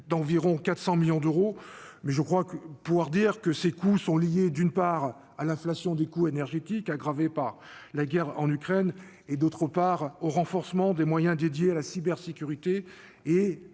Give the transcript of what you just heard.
d'environ 400 millions d'euros, mais je crois pouvoir dire que ces coûts sont liés, d'une part, à l'inflation des coûts énergétiques, aggravés par la guerre en Ukraine ; d'autre part, au renforcement des moyens dédiés à la cybersécurité et